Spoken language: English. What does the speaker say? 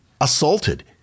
assaulted